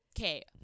Okay